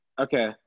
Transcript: Okay